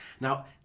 Now